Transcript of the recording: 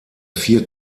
vier